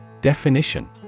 Definition